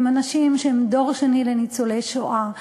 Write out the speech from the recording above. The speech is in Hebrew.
הם אנשים שהם דור שני לניצולי השואה,